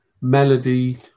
melody